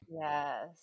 Yes